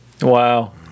Wow